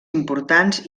importants